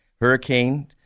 Hurricane